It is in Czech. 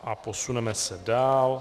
A posuneme se dál.